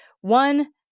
One